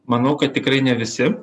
manau kad tikrai ne visi